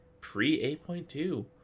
pre-8.2